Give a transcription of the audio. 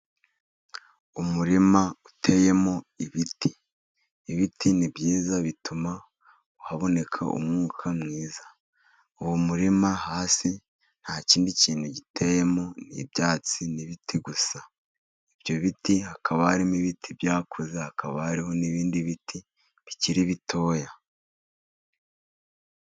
Umurima uteyemo ibiti. Ibiti ni byiza bituma haboneka umwuka mwiza. Uwo murima hasi nta kindi kintu giteyemo, ni ibyatsi n'ibiti gusa. Ibyo biti hakaba harimo ibiti byakuze, hakaba hariho n'ibindi biti bikiri bitoya.